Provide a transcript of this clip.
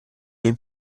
miei